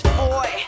boy